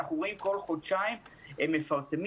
הם מפרסמים